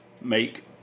make